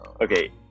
okay